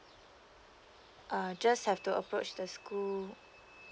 uh just have to approach the school